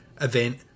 event